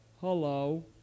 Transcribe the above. Hello